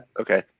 okay